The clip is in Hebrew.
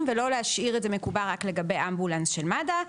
ולא להשאיר את זה מקובע רק לגבי אמבולנסים של מד"א.